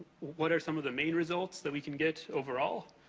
what are some of the main results that we can get overall?